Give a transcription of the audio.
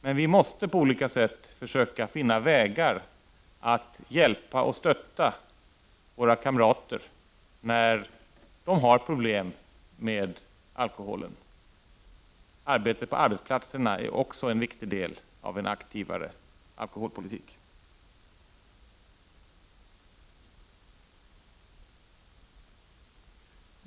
Men vi måste på olika sätt försöka finna vägar att hjälpa och stötta våra kamrater när de har problem med alkoholen. Arbetet på arbetsplatserna är också en viktig del av en aktivare alkoholpolitik.